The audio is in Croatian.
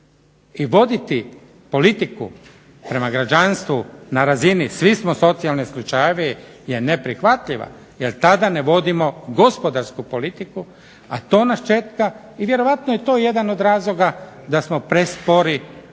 i voditi politiku prema građanstvu na razini svi smo socijalni slučajevi je neprihvatljiva jer tada ne vodimo gospodarsku politiku i to nas čeka i vjerojatno je to jedan od razloga da smo prespori u